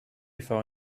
for